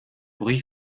bruit